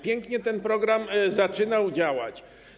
Pięknie ten program zaczynał działać.